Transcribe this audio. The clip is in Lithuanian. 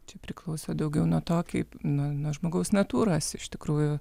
čia priklauso daugiau nuo to kaip nuo nuo žmogaus natūros iš tikrųjų